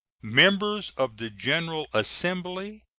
members of the general assembly,